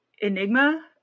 Enigma